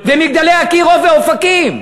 ו"מגדלי אקירוב" ואופקים,